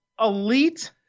Elite